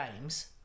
games